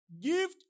Give